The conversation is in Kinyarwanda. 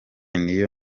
niyo